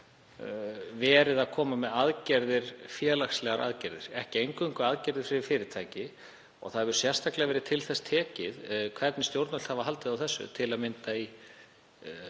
verið að koma með félagslegar aðgerðir, ekki eingöngu aðgerðir fyrir fyrirtæki. Það hefur sérstaklega verið eftir því tekið hvernig stjórnvöld hafa haldið á þessu, til að mynda í skýrslum